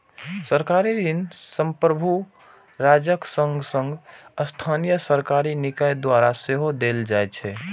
सरकारी ऋण संप्रभु राज्यक संग संग स्थानीय सरकारी निकाय द्वारा सेहो देल जाइ छै